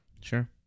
Sure